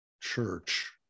church